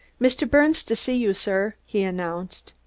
mr. birnes to see you, sir, he announced.